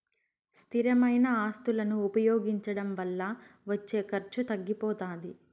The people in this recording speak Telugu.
స్థిరమైన ఆస్తులను ఉపయోగించడం వల్ల వచ్చే ఖర్చు తగ్గిపోతాది